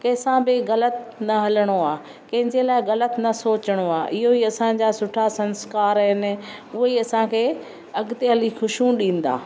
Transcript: किंहिं सां बि ग़लति न हलणो आहे कंहिंजे लाइ ग़लति न सोचणो आहे इहो ई असांजा सुठा संस्कार आहिनि उहे ई असांखे अॻिते हली खु़शियूं ॾींदा